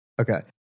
Okay